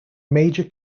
major